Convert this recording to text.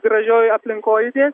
gražioje aplinkoje judėt